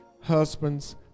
Husbands